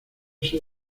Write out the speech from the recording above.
ser